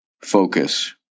focus